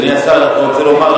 רק רוצה לומר,